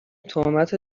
تهمت